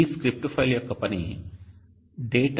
ఈ script file యొక్క పని "data